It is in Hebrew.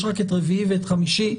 יש רק את רביעי ואת חמישי,